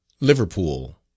Liverpool